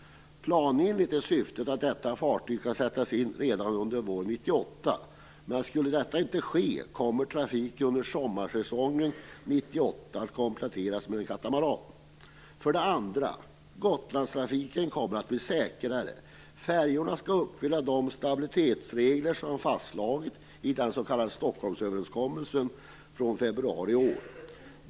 Planenligt är syftet att detta fartyg skall sättas in i trafik redan under våren 1998. Men om detta inte sker, kommer trafiken under sommarsäsongen 1998 att kompletteras med en katamaran. För det andra: Gotlandstrafiken kommer att bli säkrare. Färjorna skall uppfylla de stabilitetsregler som fastslogs i den s.k. Stockholmsöverenskommelsen i februari i år.